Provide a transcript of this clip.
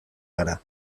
gara